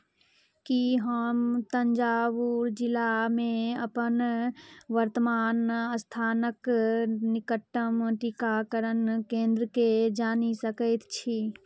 की हम तंजावूर जिलामे अपन वर्तमान स्थानक निकटतम टीकाकरण केन्द्रकेँ जानि सकैत छी